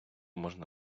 можна